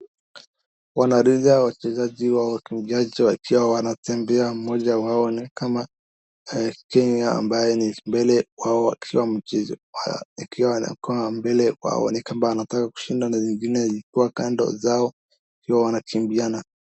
Wanariadhaa, wachezaaji au wakimbiaji wakiwa wanatembea mmoja wao ni kama Kenya ambaye mbele yao akiwa akiwa anakaa mbele yao nikama anataka kushinda na zingine zikiwa kando zao wakiwa wanakimbiana.